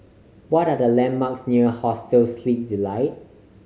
what are the landmarks near Hostel Sleep Delight